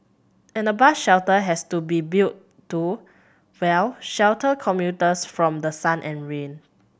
and a bus shelter has to be built to well shelter commuters from the sun and rain